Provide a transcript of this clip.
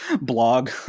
blog